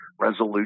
resolution